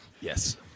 Yes